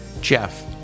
Jeff